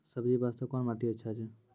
सब्जी बास्ते कोन माटी अचछा छै?